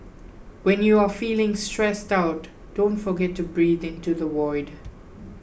when you are feeling stressed out don't forget to breathe into the void